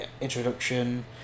introduction